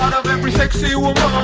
of every sexy woman!